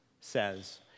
says